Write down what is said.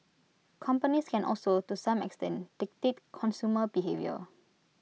companies can also to some extent dictate consumer behaviour